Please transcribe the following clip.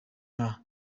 nka